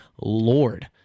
lord